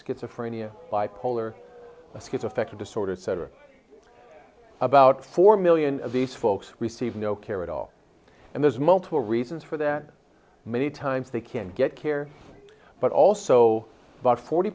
schizophrenia bipolar schizoaffective disorder cetera about four million of these folks receive no care at all and there's multiple reasons for that many times they can't get care but also about forty